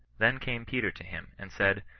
then came peter to him, and said,